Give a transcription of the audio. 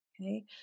okay